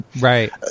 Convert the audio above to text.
right